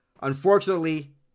Unfortunately